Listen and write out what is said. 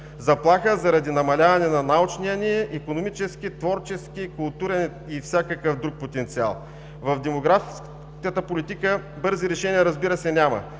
Заплаха, заради намаляване на научния ни, икономически, творчески, културен и всякакъв друг потенциал. В демографската политика бързи решения, разбира се, няма,